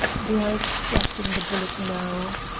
they are extracting the bullet now.